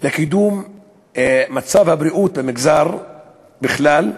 לקידום מצב הבריאות במגזר בכלל,